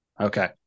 Okay